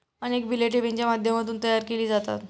अनेक बिले ठेवींच्या माध्यमातून तयार केली जातात